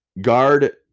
Guard